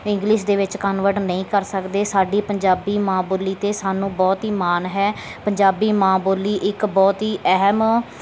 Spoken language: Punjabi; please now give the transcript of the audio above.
ਇੰਗਲਿਸ਼ ਦੇ ਵਿੱਚ ਕਨਵਰਟ ਨਹੀਂ ਕਰ ਸਕਦੇ ਸਾਡੀ ਪੰਜਾਬੀ ਮਾਂ ਬੋਲੀ 'ਤੇ ਸਾਨੂੰ ਬਹੁਤ ਹੀ ਮਾਣ ਹੈ ਪੰਜਾਬੀ ਮਾਂ ਬੋਲੀ ਇੱਕ ਬਹੁਤ ਹੀ ਅਹਿਮ